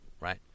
right